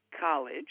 College